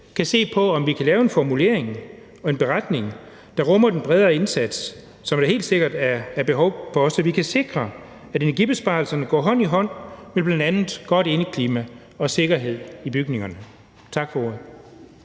kan se på, om vi kan lave en formulering og en beretning, der rummer den bredere indsats, som der helt sikkert er behov for, så vi kan sikre, at energibesparelserne går hånd i hånd med bl.a. godt indeklima og sikkerhed i bygningerne. Tak for ordet.